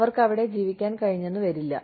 അവർക്ക് അവിടെ ജീവിക്കാൻ കഴിഞ്ഞെന്നു വരില്ല